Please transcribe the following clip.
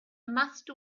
master